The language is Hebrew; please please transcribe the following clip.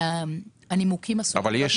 ואתם יכולים לפרסם את הנימוק הראשי.